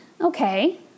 Okay